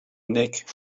nick